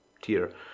tier